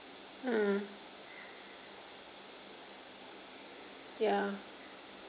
mm ya